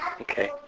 okay